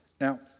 Now